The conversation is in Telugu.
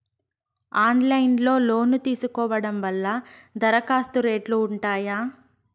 ఆన్లైన్ లో లోను తీసుకోవడం వల్ల దరఖాస్తు రేట్లు ఉంటాయా?